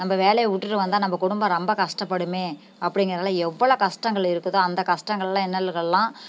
நம்ம வேலைய விட்டுட்டு வந்தால் நம்ம குடும்பம் ரொம்ப கஷ்டப்படுமே அப்படிங்கிறதுல எவ்வளோ கஷ்டங்கள் இருக்குதோ அந்த கஷ்டங்களெலாம் இன்னல்களெலாம்